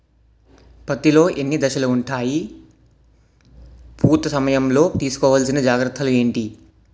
పత్తి లో ఎన్ని దశలు ఉంటాయి? పూత సమయం లో తీసుకోవల్సిన జాగ్రత్తలు ఏంటి?